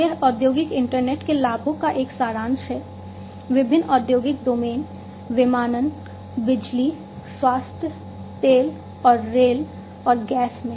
यह औद्योगिक इंटरनेट के लाभों का एक सारांश है विभिन्न औद्योगिक डोमेन विमानन बिजली स्वास्थ्य तेल और रेल और गैस में